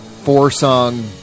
four-song